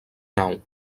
nau